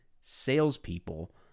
salespeople